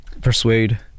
Persuade